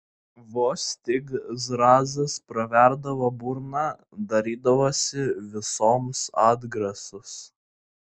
vos tik zrazas praverdavo burną darydavosi visoms atgrasus